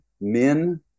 men